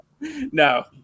No